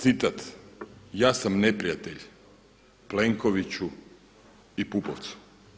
Citat: „Ja sam neprijatelj Plenkoviću i Pupovcu.